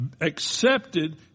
accepted